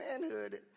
manhood